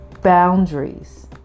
boundaries